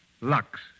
Lux